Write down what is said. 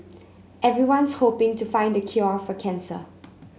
everyone's hoping to find the cure for cancer